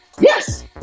Yes